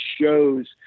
shows